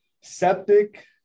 septic